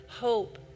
hope